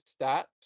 stats